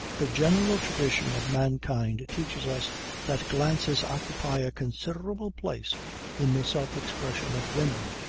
the general tradition of mankind teaches us that glances occupy a considerable place in the self-expression of women.